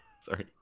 Sorry